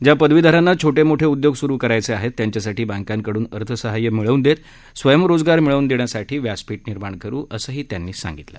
ज्या पदवीधरांना छोटा मोठे उद्योग सुरु करायचे आहेत त्यांच्यासाठी बँकांकडून अर्थसाहाय्य मिळवून देत स्वयंरोजगार मिळवून देण्यासाठी व्यासपीठ निर्माण करू असंही त्यांनी सांगितलं